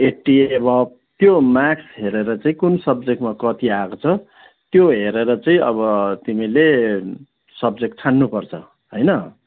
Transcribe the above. eighty एभब त्यो marks हेरेर चाहिँ कुन सब्जेक्टमा कति आएको छ त्यो हेरेर चाहिँ अब तिमीले सब्जेक्ट छान्नु पर्छ होइन